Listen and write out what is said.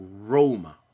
Roma